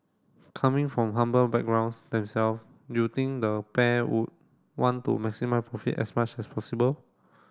coming from humble backgrounds them self you think the pair would want to maximise profits as much as possible